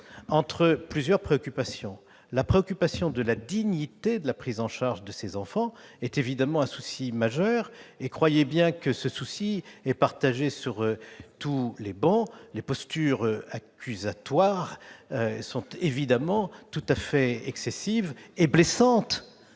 entre plusieurs préoccupations. La préoccupation de la dignité de la prise en charge de ces enfants est évidemment un souci majeur, et croyez bien, mes chers collègues de la gauche, que ce souci est partagé sur toutes les travées. Les postures accusatoires sont tout à fait excessives et blessantes